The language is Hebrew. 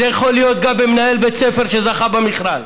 זה יכול להיות גם אצל מנהל בית ספר שזכה במכרז,